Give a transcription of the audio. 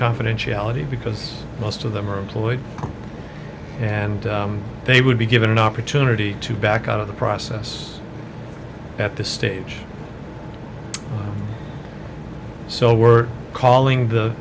confidentiality because most of them are employed and they would be given an opportunity to back out of the process at this stage so we're calling the